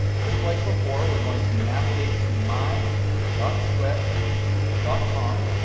just like before, we're going to navigate to my dot zwift dot com.